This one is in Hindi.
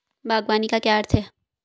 बागवानी का क्या अर्थ है?